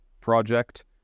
project